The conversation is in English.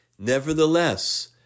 Nevertheless